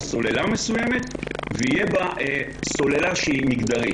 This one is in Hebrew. סוללה מסוימת ותהיה בה סוללה מגדרית.